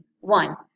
one